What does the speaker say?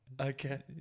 Okay